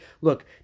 Look